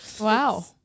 Wow